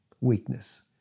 weakness